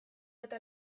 eta